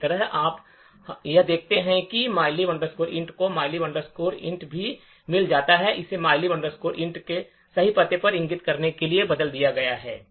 इसी तरह आप यह भी देख सकते हैं कि इस mylib int को mylib int भी मिल जाता है इसे mylib int के सही पते पर इंगित करने के लिए बदल दिया जाता है